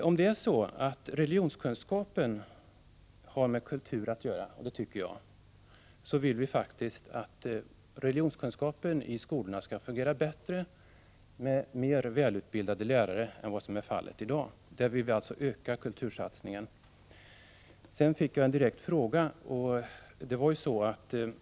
Om religionskunskapen har med kultur att göra — och det tycker jag — vill vi faktiskt att den skall fungera bättre i skolorna med mer välutbildade lärare än vad som är fallet i dag. I fråga om detta vill vi alltså öka kultursatsningen. Jag fick en direkt fråga av statsrådet.